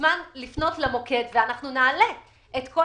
מוזמן לפנות למוקד בריאות לציבור ואנחנו נעלה את כל